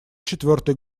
четвёртый